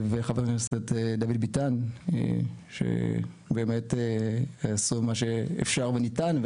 וחבר הכנסת דוד ביטן, שבאמת עשו מה שאפשר וניתן.